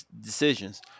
decisions